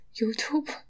YouTube